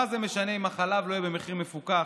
אמרתי, חוק נורבגי,